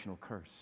curse